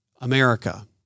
America